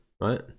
right